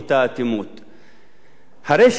כבוד היושב-ראש,